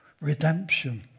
redemption